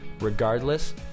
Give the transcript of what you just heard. Regardless